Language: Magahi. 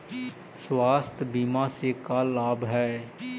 स्वास्थ्य बीमा से का लाभ है?